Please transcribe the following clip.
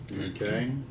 Okay